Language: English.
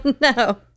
No